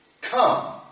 Come